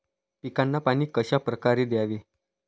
पिकांना पाणी कशाप्रकारे द्यावे?